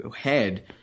head